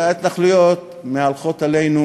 הרי ההתנחלויות מהלכות עלינו